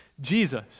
Jesus